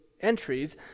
entries